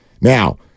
Now